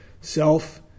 Self